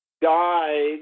died